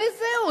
וזהו.